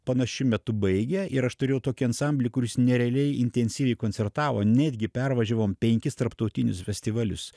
panašiu metu baigė ir aš turėjau tokį ansamblį kuris nerealiai intensyviai koncertavo netgi pervažiavom penkis tarptautinius festivalius